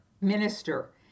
minister